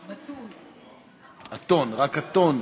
תודה, אדוני.